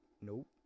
nope